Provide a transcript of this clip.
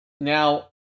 Now